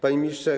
Panie Ministrze!